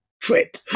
trip